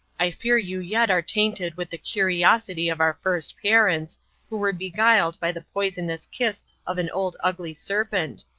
i fear you yet are tainted with the curiosity of our first parents, who were beguiled by the poisonous kiss of an old ugly serpent,